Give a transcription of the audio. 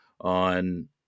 on